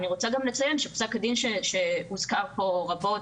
אני רוצה גם לציין שפסק הדין שהוזכר פה רבות,